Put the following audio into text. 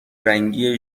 رنگی